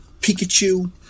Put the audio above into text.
Pikachu